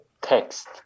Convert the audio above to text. text